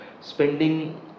spending